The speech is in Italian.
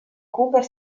cooper